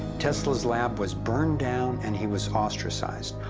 tesla's lab was burned down and he was ostracized,